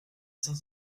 cinq